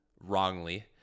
wrongly